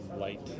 light